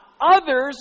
Others